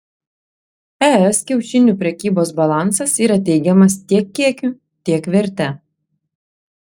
es kiaušinių prekybos balansas yra teigiamas tiek kiekiu tiek verte